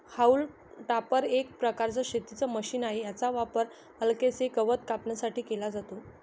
haulm topper एक प्रकारचं शेतीच मशीन आहे, याचा वापर हलकेसे गवत कापण्यासाठी केला जातो